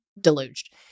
deluged